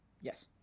Yes